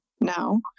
now